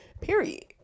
period